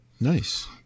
Nice